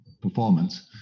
performance